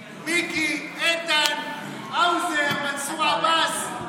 מיקי, איתן, האוזר, מנסור עבאס.